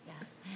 Yes